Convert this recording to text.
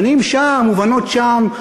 בנים שם ובנות שם.